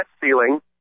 ceiling